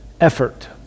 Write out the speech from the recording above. Effort